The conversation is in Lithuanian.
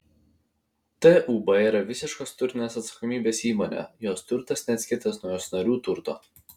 tūb yra visiškos turtinės atsakomybės įmonė jos turtas neatskirtas nuo jos narių turto